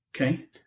Okay